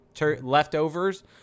leftovers